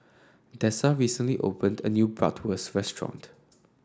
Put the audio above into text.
Dessa recently opened a new Bratwurst Restaurant